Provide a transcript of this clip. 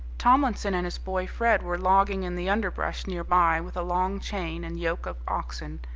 tomlinson and his boy fred were logging in the underbrush near by with a long chain and yoke of oxen,